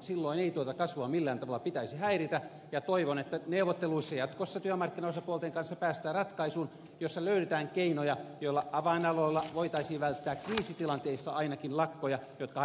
silloin ei tuota kasvua millään tavalla pitäisi häiritä ja toivon että neuvotteluissa jatkossa työmarkkinaosapuolten kanssa päästään ratkaisuun jossa löydetään keinoja joilla avainaloilla voitaisiin välttää ainakin kriisitilanteissa lakkoja jotka